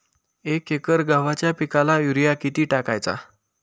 एक एकर गव्हाच्या पिकाला युरिया किती टाकायचा?